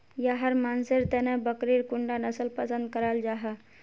याहर मानसेर तने बकरीर कुंडा नसल पसंद कराल जाहा?